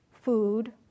food